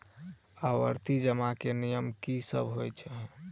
आवर्ती जमा केँ नियम की सब होइ है?